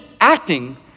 acting